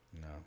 no